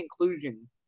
inclusion